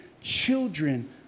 children